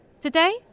Today